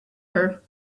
her